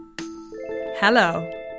Hello